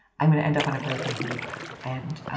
i'm gonna end up in a broken heap and,